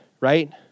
Right